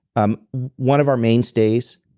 um one of our mainstays,